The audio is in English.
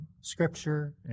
scripture